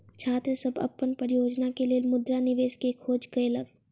छात्र सभ अपन परियोजना के लेल मुद्रा निवेश के खोज केलक